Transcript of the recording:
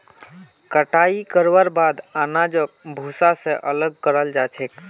कटाई करवार बाद अनाजक भूसा स अलग कराल जा छेक